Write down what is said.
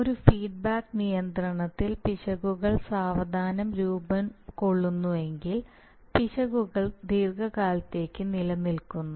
ഒരു ഫീഡ്ബാക്ക് നിയന്ത്രണത്തിൽ പിശകുകൾ സാവധാനത്തിൽ രൂപം കൊള്ളുന്നുവെങ്കിൽ പിശകുകൾ ദീർഘകാലത്തേക്ക് നിലനിൽക്കുന്നു